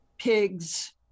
pigs